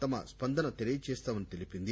తమ స్పందన తెలియజేస్తామని తెలిపింది